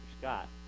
Scott